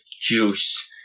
juice